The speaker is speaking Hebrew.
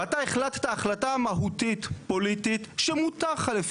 ואתה החלטת החלטה מהותית פוליטית שמותר לך